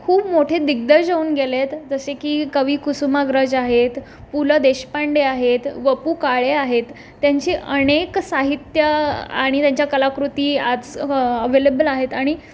खूप मोठे दिग्गज होऊन गेलेत जसे की कवी कुसुमाग्रज आहेत पु ल देशपांडे आहेत व पु काळे आहेत त्यांची अनेक साहित्य आणि त्यांच्या कलाकृती आज अवेलेबल आहेत आणि